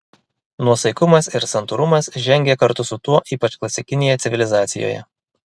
nuosaikumas ir santūrumas žengė kartu su tuo ypač klasikinėje civilizacijoje